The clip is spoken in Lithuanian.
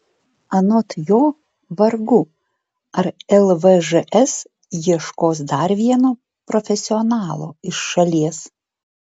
anot jo vargu ar lvžs ieškos dar vieno profesionalo iš šalies